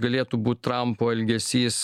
galėtų būt trampo elgesys